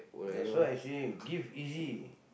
that's why I say give easy